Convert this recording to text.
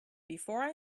before